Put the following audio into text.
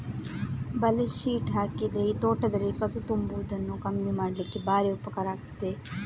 ಬಲೆ ಶೀಟ್ ಹಾಕಿದ್ರೆ ಈ ತೋಟದಲ್ಲಿ ಕಸ ತುಂಬುವುದನ್ನ ಕಮ್ಮಿ ಮಾಡ್ಲಿಕ್ಕೆ ಭಾರಿ ಉಪಕಾರ ಆಗ್ತದೆ